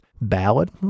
ballad